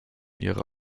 ihrer